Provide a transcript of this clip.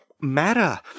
matter